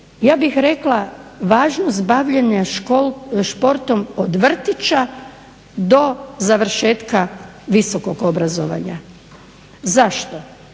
Ja bih rekla, važnost bavljenja športom od vrtića do završetka visokog obrazovanja. Zašto?